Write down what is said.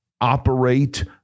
operate